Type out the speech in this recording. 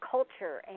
culture